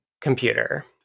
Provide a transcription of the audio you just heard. computer